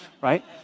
right